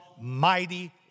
Mighty